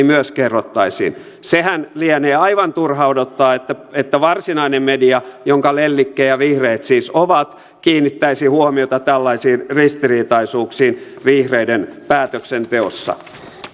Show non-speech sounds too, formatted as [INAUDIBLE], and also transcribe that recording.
[UNINTELLIGIBLE] myös kerrottaisiin sitähän lienee aivan turha odottaa että että varsinainen media jonka lellikkejä vihreät siis ovat kiinnittäisi huomiota tällaisiin ristiriitaisuuksiin vihreiden päätöksenteossa